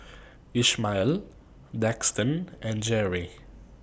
Ishmael Daxton and Jere